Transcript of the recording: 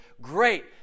great